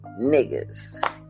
niggas